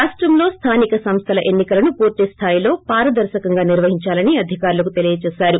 రాష్టంలో స్థానిక సంస్థల ఎన్ని కలస్తు పూర్తి స్థాయిలో పారదర్శకంగా నిర్వహించాలని అధికారులకు తెలిపారు